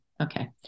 Okay